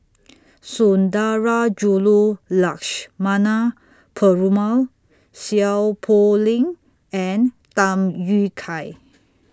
Sundarajulu Lakshmana Perumal Seow Poh Leng and Tham Yui Kai